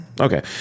Okay